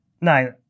No